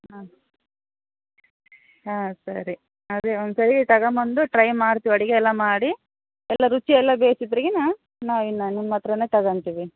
ಹಾಂ ಹಾಂ ಸರಿ ಅದೇ ಒಂದ್ಸರಿ ತಗೊಂಬಂದು ಟ್ರೈ ಮಾಡ್ತೀವಿ ಅಡಿಗೆ ಎಲ್ಲ ಮಾಡಿ ಎಲ್ಲ ರುಚಿ ಎಲ್ಲ ಭೇಷಿದ್ರಿಗಿನ್ನ ನಾವಿನ್ನು ನಿಮ್ಮ ಹತ್ರನೇ ತಗಂತೀವಿ